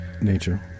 nature